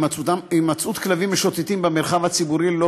הימצאות כלבים משוטטים במרחב הציבורי ללא